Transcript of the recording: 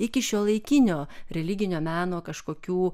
iki šiuolaikinio religinio meno kažkokių